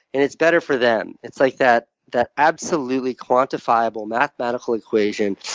and it's better for them. it's like that that absolutely quantifiable mathematical equation,